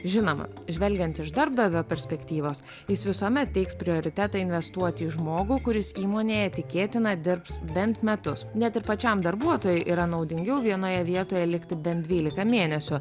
žinoma žvelgiant iš darbdavio perspektyvos jis visuomet teiks prioritetą investuoti į žmogų kuris įmonėje tikėtina dirbs bent metus net ir pačiam darbuotojui yra naudingiau vienoje vietoje likti bent dvylika mėnesių